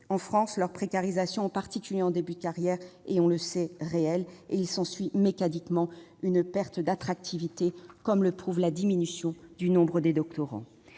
En France, leur précarisation, en particulier en début de carrière, est réelle. Il s'ensuit mécaniquement une perte d'attractivité, comme le prouve la diminution du nombre de doctorants.